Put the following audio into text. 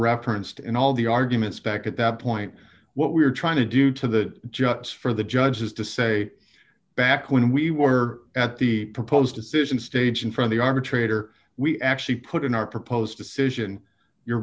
referenced in all the arguments back at that point what we're trying to do to the judge is for the judges to say back when we were at the proposed decision stage and from the arbitrator we actually put in our proposed decision your